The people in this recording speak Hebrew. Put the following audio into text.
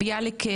לגדול כאן,